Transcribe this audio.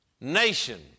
nation